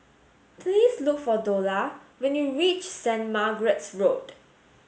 please look for Dola when you reach Saint Margaret's Road